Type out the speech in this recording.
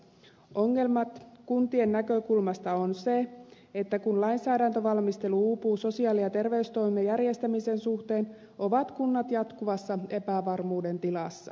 ongelma kuntien näkökulmasta on se että kun lainsäädäntövalmistelu uupuu sosiaali ja terveystoimen järjestämisen suhteen ovat kunnat jatkuvassa epävarmuuden tilassa